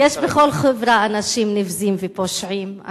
יש בכל חברה אנשים נבזיים ופושעים.